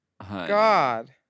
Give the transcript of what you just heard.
God